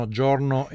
giorno